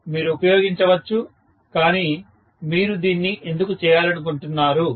professor మీరు ఉపయోగించవచ్చు కానీ మీరు దీన్ని ఎందుకు చేయాలనుకుంటున్నారు